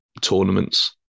tournaments